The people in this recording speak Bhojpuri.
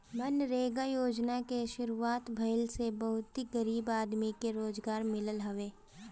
मनरेगा योजना के शुरुआत भईला से बहुते गरीब आदमी के रोजगार मिलल हवे